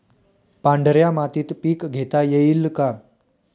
पांढऱ्या मातीत पीक घेता येईल का?